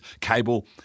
cable